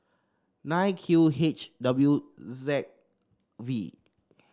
nine Q H W Z V